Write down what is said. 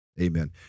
Amen